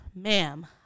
ma'am